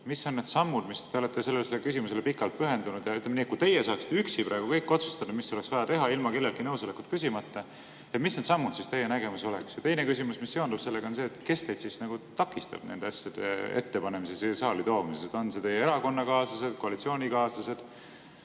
Mis on need sammud? Te olete sellele küsimusele pikalt pühendunud ja ütleme nii, et kui teie saaksite üksi praegu kõik otsustada, mis oleks vaja teha, ilma kelleltki nõusolekut küsimata, siis mis oleksid need sammud teie nägemuses? Teine küsimus, mis sellega seondub, on see, et kes teid nagu takistab nende asjade ettepanemises ja siia saali toomises. On need teie erakonnakaaslased, koalitsioonikaaslased?